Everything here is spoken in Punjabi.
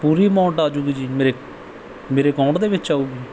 ਪੂਰੀ ਅਮਾਊਂਟ ਆ ਜੂਗੀ ਜੀ ਮੇਰੇ ਮੇਰੇ ਅਕਾਊਂਟ ਦੇ ਵਿੱਚ ਆਊਗੀ